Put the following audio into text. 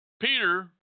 Peter